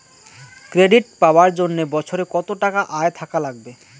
Credit পাবার জন্যে বছরে কত টাকা আয় থাকা লাগবে?